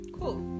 cool